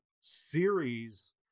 series